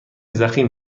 ضخیم